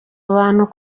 abantu